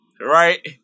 Right